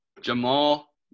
Jamal